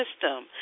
system